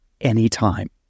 anytime